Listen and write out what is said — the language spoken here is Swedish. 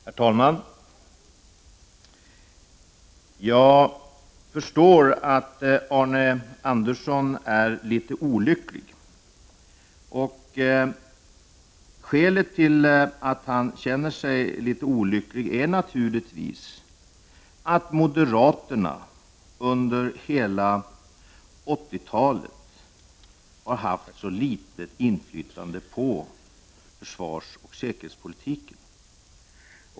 Herr talman! Jag förstår att Arne Andersson i Ljung är litet olycklig. Skälet till att han känner sig olycklig är naturligtvis att moderaterna under hela 80-talet har haft så litet inflytande på försvarsoch säkerhetspolitiken.